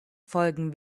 folgen